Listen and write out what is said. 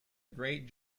great